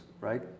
right